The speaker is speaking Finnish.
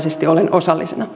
osallisena